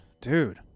dude